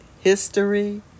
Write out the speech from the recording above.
history